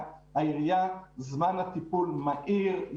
זמן הטיפול מהיר,